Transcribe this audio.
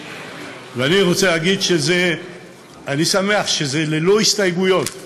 אני רוצה להגיד שאני שמח שזה ללא הסתייגויות,